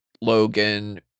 Logan